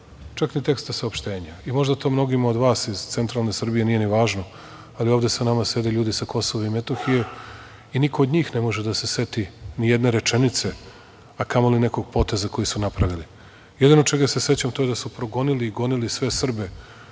čak ni teksta saopštenja i možda to mnogima od vas iz centralne Srbije nije ni važno, ali ovde sa nama sede ljudi sa Kosova i Metohije i niko od njih ne može da se seti ni jedne rečenice, a kamoli nekog poteza koji su napravili. Jedino čega se sećam to je da su progonili sve Srbe